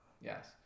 Yes